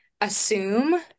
assume